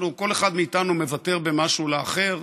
כל אחד מאיתנו מוותר במשהו לאחר